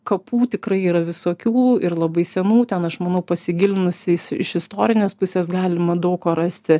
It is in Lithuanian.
kapų tikrai yra visokių ir labai senų ten aš manau pasigilinus į iš istorinės pusės galima daug ko rasti